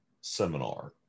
seminar